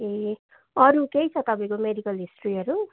ए अरू केही छ तपाईँको मेडिकल हिस्ट्रीहरू